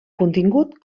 contingut